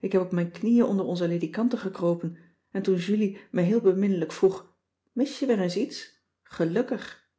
ik heb op mijn knieën onder onze ledikanten gekropen en toen julie me heel beminnelijk vroeg mis je weer eens iets gelukkig